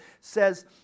says